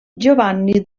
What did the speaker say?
giovanni